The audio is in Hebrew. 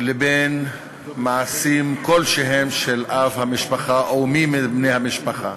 לבין מעשים כלשהם של אב המשפחה או מי מבני המשפחה.